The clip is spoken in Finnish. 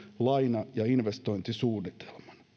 laina ja investointisuunnitelman